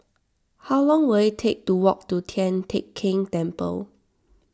how long will it take to walk to Tian Teck Keng Temple